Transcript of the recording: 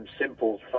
simple